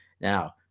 Now